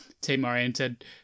team-oriented